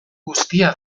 guztia